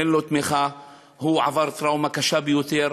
אין לו תמיכה והוא עבר טראומה קשה ביותר?